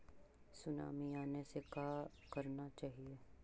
Tsunami आने से का करना चाहिए?